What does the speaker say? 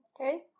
Okay